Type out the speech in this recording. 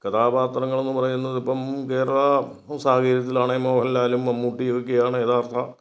കഥാപാത്രങ്ങളെന്ന് പറയുന്നതിപ്പം വേറെ സാഹചര്യത്തിലാണെങ്കിൽ മോഹൻലാലും മമ്മൂട്ടിയുമൊക്കെയാണ് യഥാർഥ